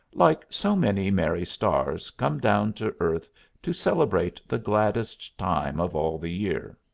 like so many merry stars come down to earth to celebrate the gladdest time of all the year.